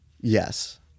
yes